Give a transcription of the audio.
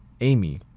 Amy